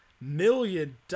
million